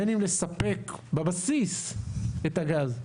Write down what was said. בין אם לספק בבסיס את הגז,